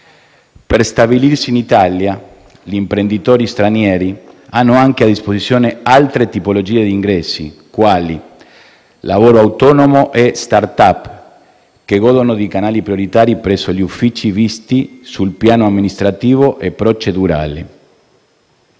Per stabilirsi in Italia, gli imprenditori stranieri hanno anche a disposizione altre tipologie di ingressi, quali lavoro autonomo e *startup*, che godono di canali prioritari presso gli uffici visti sul piano amministrativo e procedurale.